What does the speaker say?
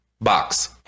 Box